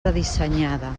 redissenyada